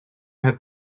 have